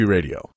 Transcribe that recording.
Radio